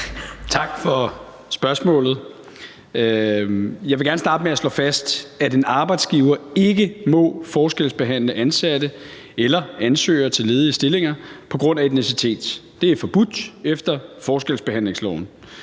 Tak for spørgsmålet. Jeg vil gerne starte med at slå fast, at en arbejdsgiver ikke må forskelsbehandle ansatte eller ansøgere til ledige stillinger på grund af etnicitet. Det er forbudt efter forskelsbehandlingsloven.